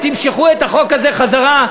ותמשכו את החוק הזה חזרה.